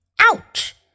Ouch